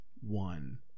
one